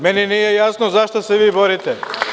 Meni nije jasno zašto se vi borite.